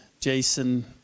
Jason